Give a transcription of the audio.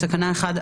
בתקנה 1,